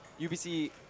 UBC